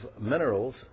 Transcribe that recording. minerals